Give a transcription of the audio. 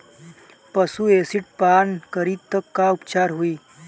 पशु एसिड पान करी त का उपचार होई?